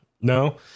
No